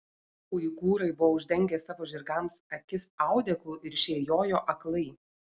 uigūrai buvo uždengę savo žirgams akis audeklu ir šie jojo aklai